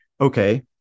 Okay